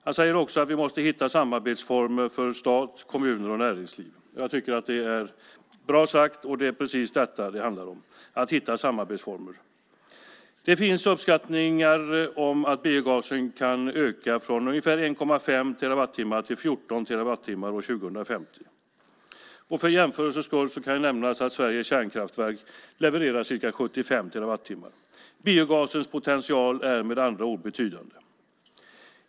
Han säger också att vi måste hitta samarbetsformer för stat, kommuner och näringsliv. Det är bra sagt, och det är precis detta det handlar om. Det gäller att hitta samarbetsformer. Det finns uppskattningar om att biogasen kan öka från ungefär 1,5 terawattimmar till 14 terawattimmar år 2050. För jämförelsens skull kan nämnas att Sveriges kärnkraftverk levererar ca 75 terawattimmar. Biogasens potential är med andra ord betydande.